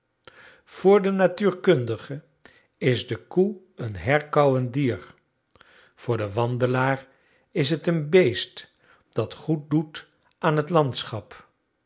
voor den natuurkundige is de koe een herkauwend dier voor den wandelaar is het een beest dat goed doet aan het landschap